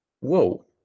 whoa